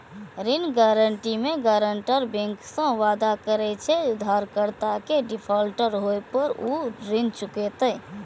ऋण गारंटी मे guarantor bank सं वादा करे छै, जे उधारकर्ता के डिफॉल्टर होय पर ऊ ऋण चुकेतै